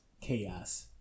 chaos